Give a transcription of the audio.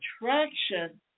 attraction